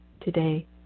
today